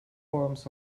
forms